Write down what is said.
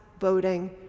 voting